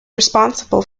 responsible